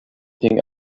think